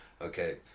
Okay